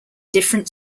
different